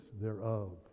thereof